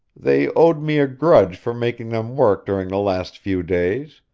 they owed me a grudge for making them work during the last few days,